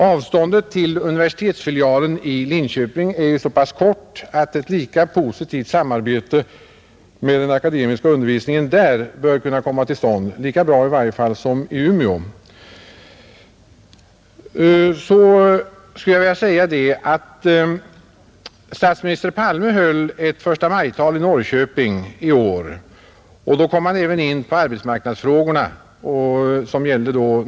Avståndet till universitetsfilialen i Linköping är så pass kort att ett positivt samarbete med den akademiska undervisningen där bör kunna komma till stånd — i varje fall lika positivt som det man förutsätter i Umeå. I statsminister Palmes 1 maj-tal i Norrköping kom även arbetsmarknadsfrågorna för stadens del upp.